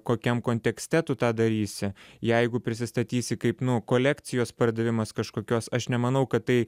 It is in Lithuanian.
kokiam kontekste tu tą darysi jeigu prisistatysi kaip nu kolekcijos pardavimas kažkokios aš nemanau kad tai